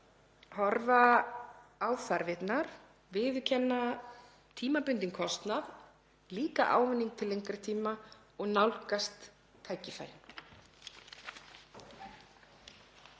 horfa á þarfirnar og viðurkenna tímabundinn kostnað en líka ávinning til lengri tíma og nálgast tækifærin.